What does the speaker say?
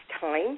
time